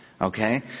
Okay